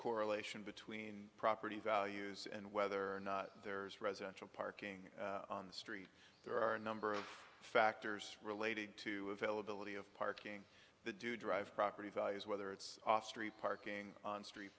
correlation between property values and whether or not there is residential parking on the street there are a number of factors related to availability of parking the do drive property values whether it's off street parking on street